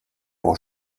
pour